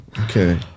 Okay